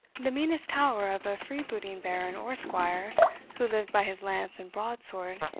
the meanest tower of a freebooting baron or squire who lived by his lance and broadsword,